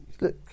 Look